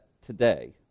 today